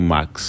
Max